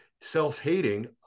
self-hating